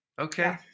okay